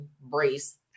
brace